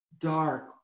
dark